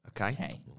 okay